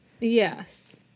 Yes